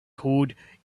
code